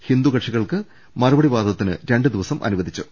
ഹിന്ദുകക്ഷികൾക്ക് മറുപടി വാദ ത്തിന് രണ്ടുദിവസം അനുവദിച്ചു